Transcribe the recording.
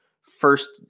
first